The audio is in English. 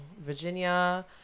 Virginia